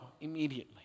immediately